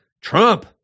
Trump